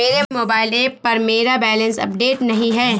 मेरे mobile app पर मेरा बैलेंस अपडेट नहीं है